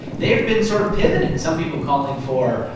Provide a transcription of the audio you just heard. they've been sort of pivoting, some people calling for,